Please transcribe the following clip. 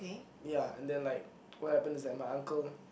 ya and then like what happened is that my uncle